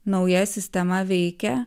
nauja sistema veikia